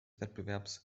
wettbewerbs